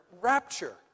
rapture